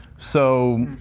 so,